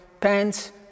pants